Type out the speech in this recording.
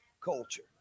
culture